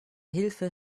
hilfe